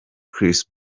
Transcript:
chris